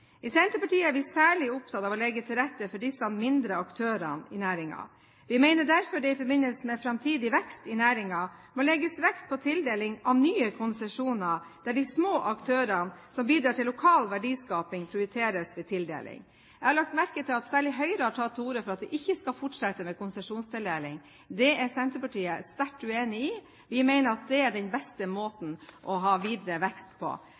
i sine kommuner. I Senterpartiet er vi særlig opptatt av å legge til rette for disse mindre aktørene innen næringen. Vi mener derfor det i forbindelse med framtidig vekst i næringen må legges vekt på tildeling av nye konsesjoner, der de små aktørene som bidrar til lokal verdiskaping, prioriteres ved tildeling. Jeg har lagt merke til at særlig Høyre har tatt til orde for at vi ikke skal fortsette med konsesjonstildeling. Det er Senterpartiet sterkt uenig i. Vi mener at det er den beste måten å ha videre vekst på,